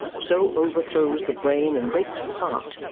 so overthrows the brain and breaks the heart,